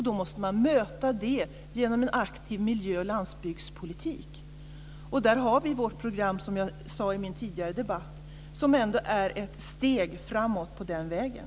Då måste man möta det genom en aktiv miljö och landsbygdspolitik. Där har vi vårt program, som jag talade om i den tidigare debatten, som ändå är ett steg framåt på den vägen.